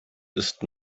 ist